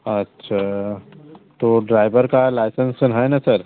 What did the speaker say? अच्छा तो ड्राईवर का लाइसेंस है ना सर